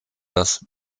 das